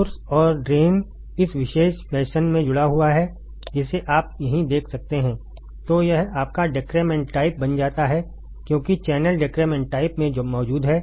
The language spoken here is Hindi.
सोर्स और ड्रेन इस विशेष फैशन में जुड़ा हुआ है जिसे आप यहीं देख सकते हैं तो यह आपका डेक्रेमेंट टाइप बन जाता है क्योंकि चैनल डेक्रेमेंट टाइप में मौजूद है